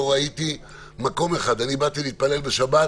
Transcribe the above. לא ראיתי מקום אחד באתי להתפלל בשבת,